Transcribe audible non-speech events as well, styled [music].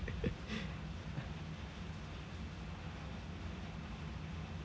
[laughs]